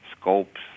scopes